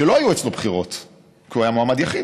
שלא היו אצלו בחירות כי הוא היה מועמד יחיד,